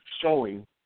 showing